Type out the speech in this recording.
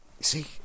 See